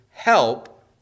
help